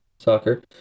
Soccer